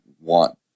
want